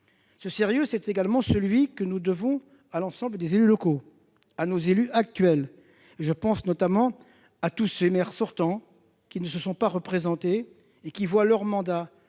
Ce sérieux, c'est également celui que nous devons à l'ensemble de nos élus. Nous le devons à nos actuels élus locaux- je pense notamment à tous ces maires sortants qui ne se sont pas représentés et qui voient leur mandat